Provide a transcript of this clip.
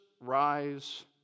rise